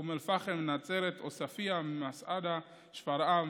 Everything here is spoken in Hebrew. אום אל-פחם, נצרת, עוספיא, מסעדה, שפרעם,